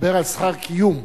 דבר על "שכר קיום".